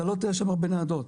אתה לא תראה שם הרבה ניידות,